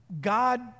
God